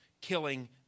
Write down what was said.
killing